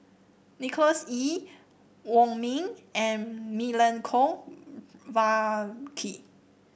Nicholas Ee Wong Ming and Milenko